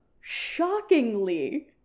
shockingly